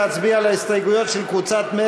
מישהו מבקש להצביע על ההסתייגות שלו?